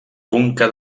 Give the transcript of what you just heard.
conca